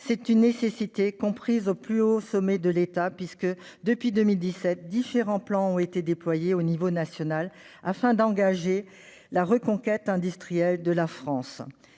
C'est une nécessité comprise au plus haut sommet de l'État, puisque différents plans ont été déployés à l'échelon national depuis 2017 afin d'engager la reconquête industrielle de la France.